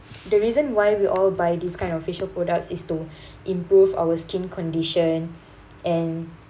the reason why we all buy this kind of facial products is to improve our skin condition and